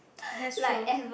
that's true